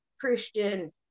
Christian